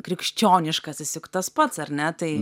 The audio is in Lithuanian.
krikščioniškasis juk tas pats ar ne tai